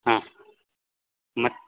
ಹಾಂ ಮತ್ತು